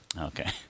Okay